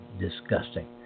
disgusting